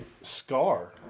Scar